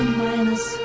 minus